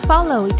Follow